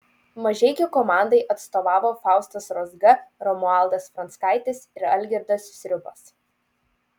mažeikių komandai atstovavo faustas rozga romualdas franckaitis ir algirdas sriubas